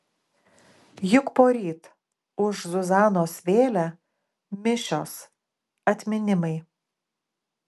juk poryt už zuzanos vėlę mišios atminimai